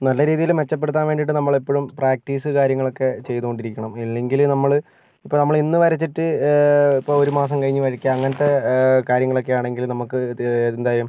നല്ല രീതിയിൽ മെച്ചപ്പെടുത്താൻ വേണ്ടിയിട്ട് നമ്മളെപ്പോഴും പ്രാക്ടീസ് കാര്യങ്ങളൊക്കെ ചെയ്തു കൊണ്ടിരിക്കണം ഇല്ലെങ്കിൽ നമ്മൾ ഇപ്പം നമ്മൾ ഇന്ന് വരച്ചിട്ട് ഇപ്പോൾ ഒരു മാസം കഴിഞ്ഞിട്ട് വരക്കുക അങ്ങനത്തെ കാര്യങ്ങളൊക്കെയാണെങ്കിൽ നമുക്ക് ഇത് എന്തു ചെയ്യും